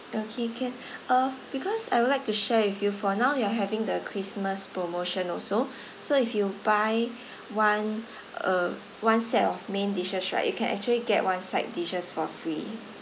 okay can uh because I would like to share with you for now we are having the christmas promotion also so if you buy one uh one set of main dishes right you can actually get one side dishes for free